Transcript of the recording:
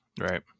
Right